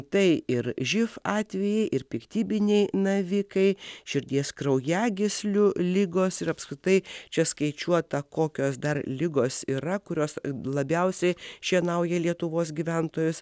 tai ir živ atvejai ir piktybiniai navikai širdies kraujagyslių ligos ir apskritai čia skaičiuota kokios dar ligos yra kurios labiausiai šienauja lietuvos gyventojus